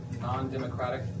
non-democratic